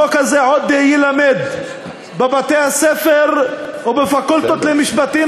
החוק הזה עוד יילמד בבתי-הספר ובפקולטות למשפטים